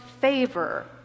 favor